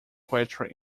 poetry